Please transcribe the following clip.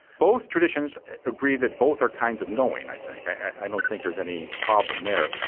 both traditions agree that both are kinds of knowing, i think. i don't think there's any problem there.